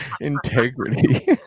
integrity